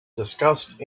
discussed